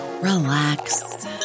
relax